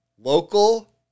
Local